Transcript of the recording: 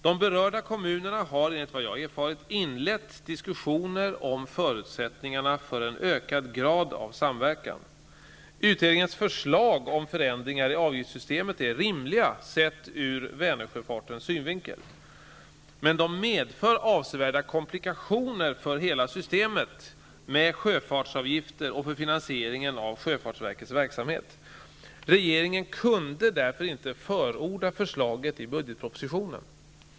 De berörda kommunerna har enligt vad jag har erfarit inlett diskussioner om förutsättningarna för en ökad grad av samverkan. Utredningens förslag om förändringar i avgiftssystemet är rimligt, sett ur Vänersjöfartens synvinkel. Men de medför avsevärda komplikationer för hela systemet med sjöfartsavgifter och för finansieringen av sjöfartsverkets verksamhet. Regeringen kunde därför inte förorda förslaget i budgetpropositionen.